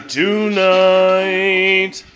tonight